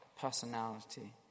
personality